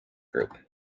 group